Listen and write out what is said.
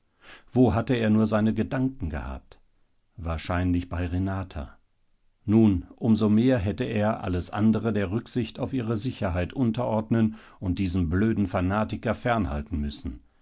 wo hatte er nur seine gedanken gehabt wahrscheinlich bei renata nun um so mehr hätte er alles andere der rücksicht auf ihre sicherheit unterordnen und diesen blöden fanatiker fernhalten müssen